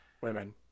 women